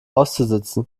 auszusitzen